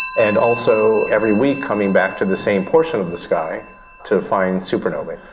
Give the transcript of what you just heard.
and also every week coming back to the same portion of the sky to find supernovae.